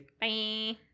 Bye